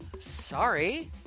Sorry